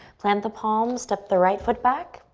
plant the palms, step the right foot back.